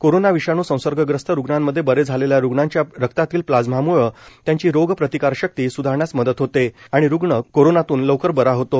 corona विषाणू संसर्गग्रस्त रूग्णांमध्ये बरे झालेल्या रुग्णाच्या रक्तातील प्लाझ्मामुळं त्यांची रोग प्रतिकारशक्ती स्धारण्यास मदत होते आणि रुग्ण कोरोनातून लवकर बरा होतो